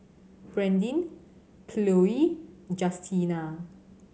Brandin Khloe Justina